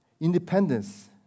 independence